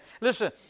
Listen